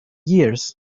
years